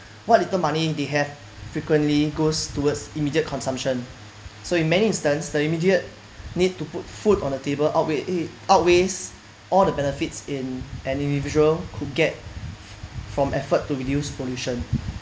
what little money they have frequently goes towards immediate consumption so in many instance the immediate need to put food on the table outweighed eh outweighs all the benefits in an individual could get from effort to reduce pollution